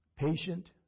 patient